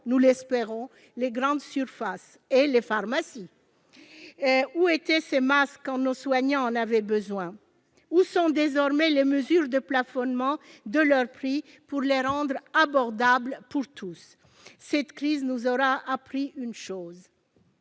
nous l'espérons ! -les grandes surfaces et les pharmacies. Où étaient ces masques quand nos soignants en avaient besoin ? Où sont désormais les mesures de plafonnement de leur prix, pour les rendre abordables pour tous ? Cette crise nous aura appris que le